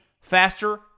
faster